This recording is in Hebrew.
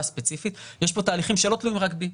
ספציפיים יש פה תהליכים שלא תלויים רק בי,